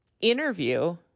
interview